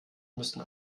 müssen